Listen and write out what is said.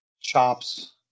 chops